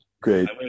Great